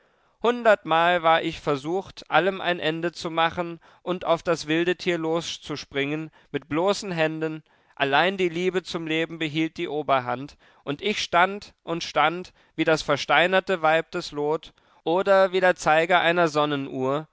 hundertmal war ich versucht allem ein ende zu machen und auf das wilde tier loszuspringen mit bloßen händen allein die liebe zum leben behielt die oberhand und ich stand und stand wie das versteinerte weib des loth oder wie der zeiger einer sonnenuhr